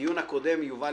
שבדיון הקודם יובל,